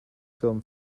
film